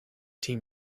team